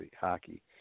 hockey